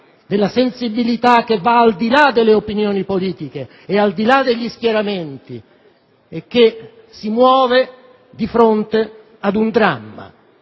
di una sensibilità che va al di là delle opinioni politiche, al di là degli schieramenti e che si muove di fronte ad un dramma: